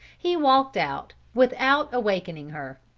he walked out without awakening her.